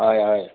হয় হয়